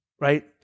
right